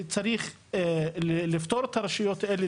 צריך לפטור את הרשויות האלה,